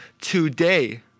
today